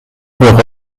bereue